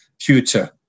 future